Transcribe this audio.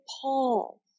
Paul